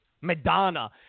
Madonna